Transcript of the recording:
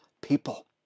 people